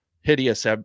hideous